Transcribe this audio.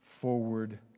forward